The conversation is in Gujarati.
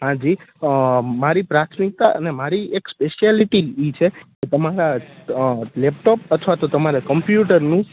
હા જી મારી પ્રાથમિકતા અને મારી એક સ્પેસિયાલિટી જ એ છે કે તમારા લેપટોપ અથવા તો તમારા કમ્પ્યુટરનું